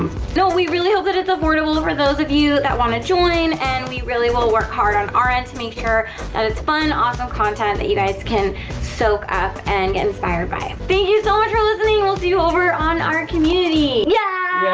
so we really hope that it's affordable for those of you that want to join and we really will work hard on our end to make sure and it's fun awesome content that you guys can soak up and get inspired by. thank you so much for listening we'll see you over on our and community yeah!